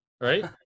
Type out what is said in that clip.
right